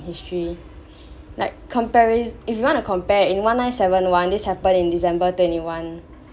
history like comparison if you wanna compare in one nine seven one this happened in december twenty one